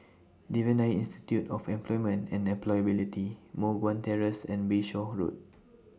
Devan Nair Institute of Employment and Employability Moh Guan Terrace and Bayshore Road